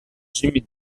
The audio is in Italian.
jimmy